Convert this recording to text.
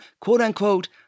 quote-unquote